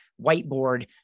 whiteboard